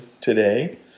today